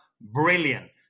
Brilliant